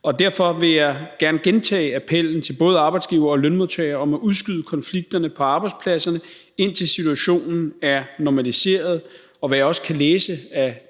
Derfor vil jeg gerne gentage appellen til både arbejdsgivere og lønmodtagere om at udskyde konflikterne på arbejdspladserne, indtil situationen er normaliseret. Og ud fra, hvad jeg også kan læse i